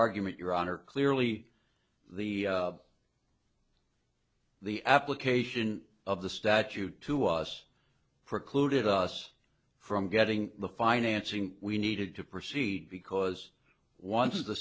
argument your honor clearly the the application of the statute to us precluded us from getting the financing we needed to proceed because once the